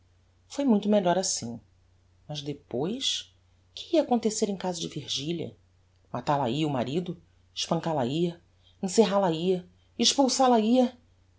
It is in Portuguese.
foi muito melhor assim mas depois que ia acontecer em casa de virgilia matal a hia o marido espancal a hia encerral a hia expulsal a hia